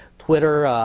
twitter,